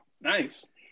Nice